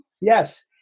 Yes